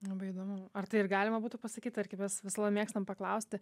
labai įdomu ar tai ir galima būtų pasakyt tarkim mes visada mėgstam paklausti